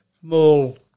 small